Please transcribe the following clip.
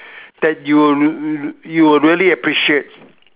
that you you will really appreciate